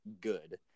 good